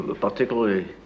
particularly